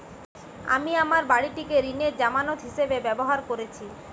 আমি আমার বাড়িটিকে ঋণের জামানত হিসাবে ব্যবহার করেছি